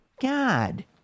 God